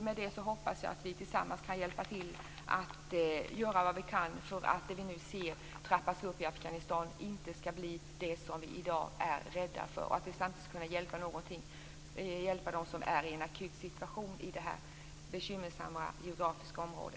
Med det hoppas jag att vi tillsammans kan hjälpa till för att det vi nu ser trappas upp i Afghanistan inte skall bli det som vi i dag är rädda för, så att vi verkligen skall kunna hjälpa dem som är i en akut situation i detta bekymmersamma geografiska område.